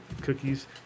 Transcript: Cookies